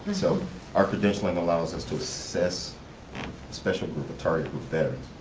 so our credentialing allows us to assess a special group, a target group, veterans.